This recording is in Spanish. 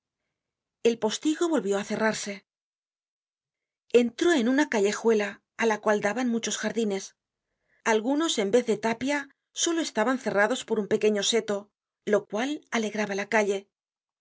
el postigo volvió á cerrarse entró en una callejuela á la cual daban muchos jardines algunos en vez de tapia solo estaban cerrados por un pequeño seto lo cual alegraba la calle